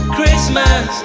Christmas